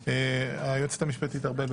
היועצת המשפטית ארבל,